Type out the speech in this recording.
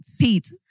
Pete